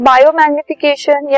Biomagnification